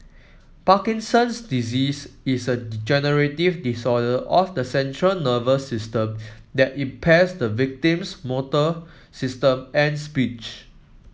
Parkinson's disease is a degenerative disorder of the central nervous system that impairs the victim's motor system and speech